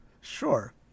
Sure